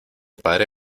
padre